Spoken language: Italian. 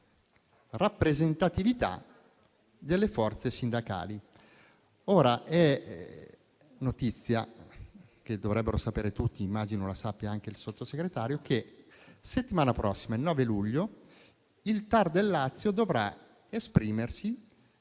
rappresentatività delle forze sindacali. Ora, è notizia che dovrebbero sapere tutti - e immagino la sappia anche il Sottosegretario - che la settimana prossima, il 9 luglio, il TAR del Lazio dovrà esprimersi